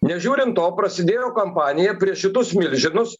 nežiūrint to prasidėjo kampanija prieš šitus milžinus